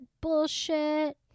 Bullshit